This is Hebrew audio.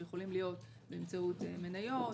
שיכולים להיות באמצעות מניות,